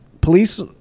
police